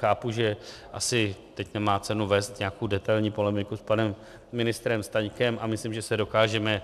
Chápu, že teď nemá cenu vést nějakou detailní polemiku s panem ministrem Staňkem, a myslím, že se dokážeme